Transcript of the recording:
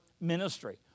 ministry